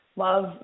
Love